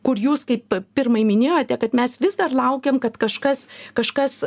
kur jūs kaip pirmai minėjote kad mes vis dar laukiam kad kažkas kažkas